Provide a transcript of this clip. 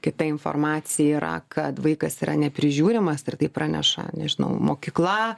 kita informacija yra kad vaikas yra neprižiūrimas ir tai praneša nežinau mokykla